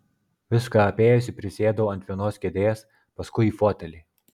viską apėjusi prisėdau ant vienos kėdės paskui į fotelį